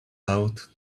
out